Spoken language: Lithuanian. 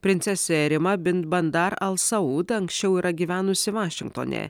princese rima bin bandar al saūd anksčiau yra gyvenusi vašingtone